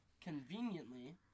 conveniently